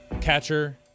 catcher